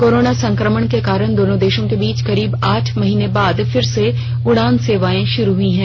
corona संक्रमण के कारण दोनों देशों के बीच करीब आठ महीने बाद फिर से उड़ान सेवाएं शुरू हुई हैं